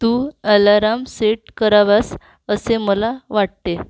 तू alarm set करावास असे मला वाटते